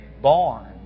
born